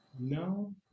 No